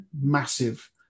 massive